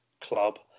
club